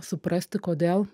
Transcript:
suprasti kodėl